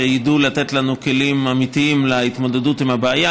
שיידעו לתת לנו כלים אמיתיים להתמודדות עם הבעיה.